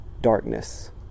darkness